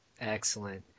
Excellent